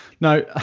no